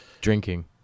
Drinking